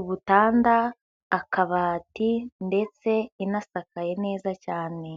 ubutanda, akabati ndetse inasakaye neza cyane.